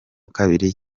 kabiri